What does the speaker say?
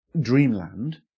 dreamland